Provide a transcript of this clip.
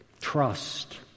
Trust